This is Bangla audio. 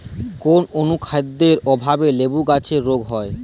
কোন অনুখাদ্যের অভাবে লেবু গাছের রোগ হয়?